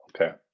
Okay